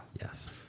Yes